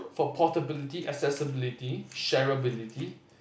for portability accessibility shareability